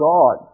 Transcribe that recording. God